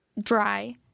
dry